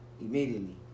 Immediately